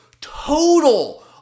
total